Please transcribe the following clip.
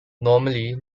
normally